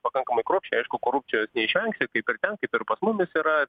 pakankamai kruopščiai aišku korupcijos neišvengsi kaip ir kaip ir pas mumis yra